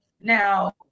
Now